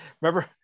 Remember